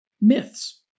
myths